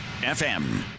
FM